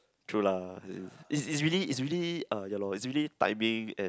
true lah it's it's really it's really uh ya lor it's really timing and